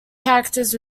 characters